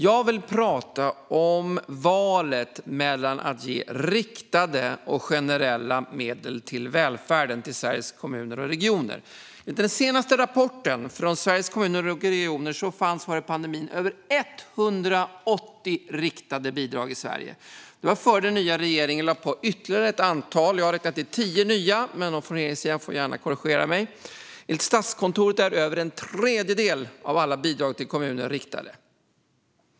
Jag vill tala om valet mellan att ge riktade och generella medel till välfärden i Sveriges kommuner och regioner. Enligt den senaste rapporten från Sveriges Kommuner och Regioner fanns före pandemin över 180 riktade bidrag i Sverige. Det var före den nya regeringen i Sverige lade till ytterligare ett antal. Jag har räknat till tio nya, men någon från regeringssidan får gärna korrigera mig. Enligt Statskontoret är över en tredjedel av alla bidrag till kommuner riktade.